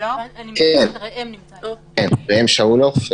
אז כמו שבוועדות השחרורים מקיימים דיונים